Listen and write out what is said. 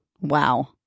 Wow